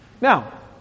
Now